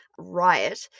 riot